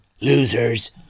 losers